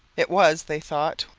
it was, they thought,